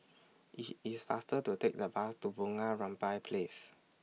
IT IS faster to Take The Bus to Bunga Rampai Place